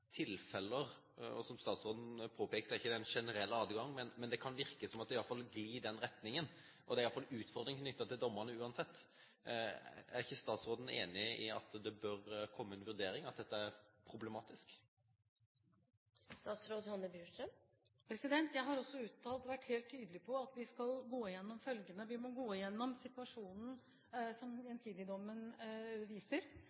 tilfeller, og, som statsråden påpeker, er det ikke en generell adgang. Men det kan virke som om det i alle fall glir i den retningen, og det er en utfordring knyttet til dommene uansett. Er ikke statsråden enig i at det bør komme en vurdering, og at dette er problematisk? Jeg har også uttalt og vært helt tydelig på at vi skal gå igjennom følgende: Vi må gå igjennom den situasjonen som Gjensidige-dommen viser.